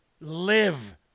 Live